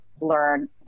learn